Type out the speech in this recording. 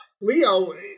Leo